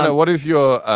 what is your.